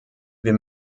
wir